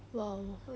!wow!